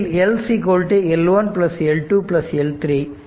இதில் L L 1 L 2 L 3